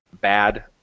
bad